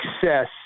success